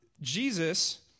Jesus